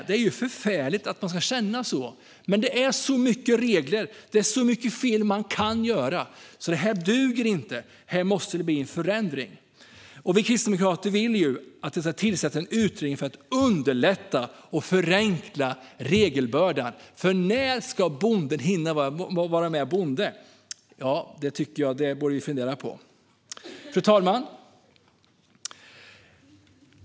Det är ju förfärligt att man ska känna så, men det är så många regler och så många fel man kan göra. Det här duger inte, utan här måste det bli en förändring. Vi kristdemokrater vill att det tillsätts en utredning för att underlätta och förenkla regelbördan. När ska bonden hinna med att vara bonde? Det tycker jag att vi borde fundera på. Fru talman!